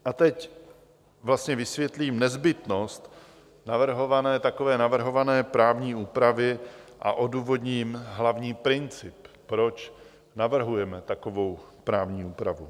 A teď vlastně vysvětlím nezbytnost takové navrhované právní úpravy a odůvodním hlavní princip, proč navrhujeme takovou právní úpravu.